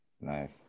nice